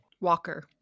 Walker